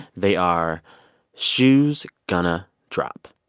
they are shoe's gonna drop.